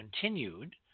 continued